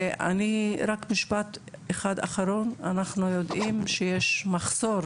רק משפט אחד אחרון, אנחנו יודעים שיש מחסור